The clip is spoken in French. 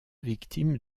victime